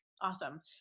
Awesome